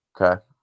Okay